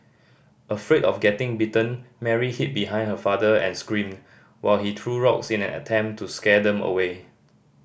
afraid of getting bitten Mary hid behind her father and screamed while he threw rocks in an attempt to scare them away